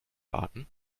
warten